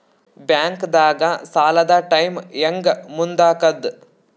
ಬ್ಯಾಂಕ್ದಾಗ ಸಾಲದ ಟೈಮ್ ಹೆಂಗ್ ಮುಂದಾಕದ್?